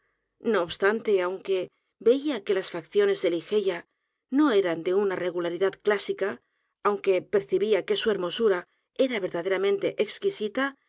no obstante aunque veía que las facciones de ligeia no eran de una regularidad clásica aunque percibía que su hermosura era verdaderamente exquisita